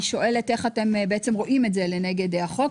אני שואלת איך אתם רואים את זה לנגד החוק.